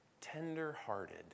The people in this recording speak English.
Tender-hearted